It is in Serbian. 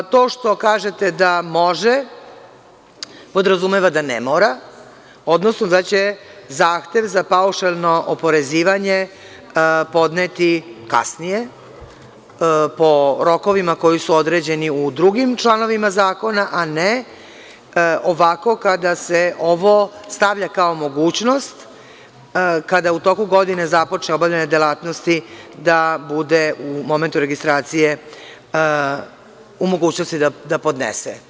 To što kažete da može, podrazumeva da ne mora, odnosno da će zahtev za paušalno oporezivanje podneti kasnije po rokovima koji su određeni u drugim članovima zakona, a ne ovako kada se ovo stavlja kao mogućnost, kada u toku godine započne obavljanje delatnosti da bude u momentu registracije u mogućnosti da podnese.